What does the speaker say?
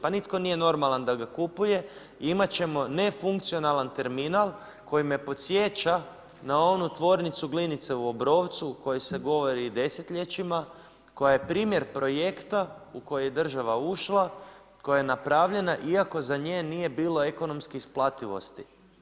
Pa nitko nije normalan da ga kupuje, i imati ćemo nefunkcionalan terminal, koji me podsjeća na onu tvornicu Glinice u Obrovcu u kojoj se govori desetljećima, koji je primjer projekta u koji je država ušla, koja je napravljena, iako za nje nije bila ekonomske isplativosti.